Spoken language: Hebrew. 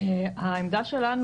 העמדה שלנו,